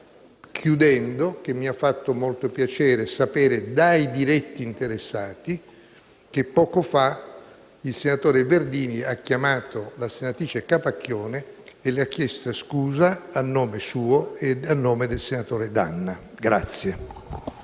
chiudendo, che mi ha fatto molto piacere sapere dai diretti interessati che poco fa il senatore Verdini ha chiamato la senatrice Capacchione e le ha chiesto scusa a nome suo e del senatore D'Anna.